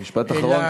משפט אחרון,